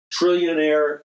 trillionaire